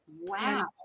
Wow